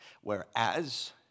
Whereas